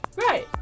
Right